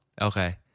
Okay